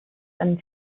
and